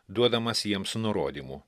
duodamas jiems nurodymų